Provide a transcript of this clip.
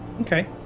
Okay